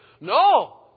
No